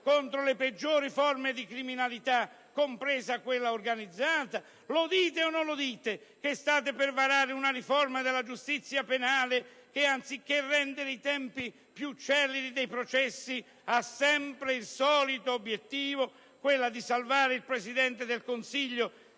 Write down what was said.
contro le peggiori forme di criminalità, compresa quella organizzata? Lo dite o non lo dite che state per varare una riforma della giustizia penale che anziché rendere più celeri i tempi dei processi ha sempre il solito obiettivo, e cioè salvare il Presidente del Consiglio